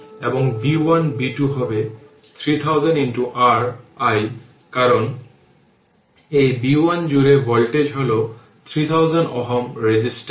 এবং b 1 b 1 হবে 3000 r i কারণ এই b 1 জুড়ে ভোল্টেজ হল 3000 ওহম রেজিস্ট্যান্স জুড়ে ভোল্টেজ